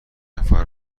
نفر